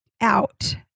out